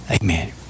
Amen